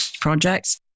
projects